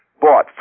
bought